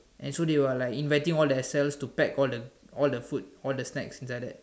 and so there were like inviting all the S_Ls to pack all the all the food all the snacks like that